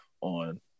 on